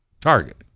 target